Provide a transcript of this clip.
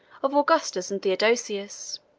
of augustus and theodosius.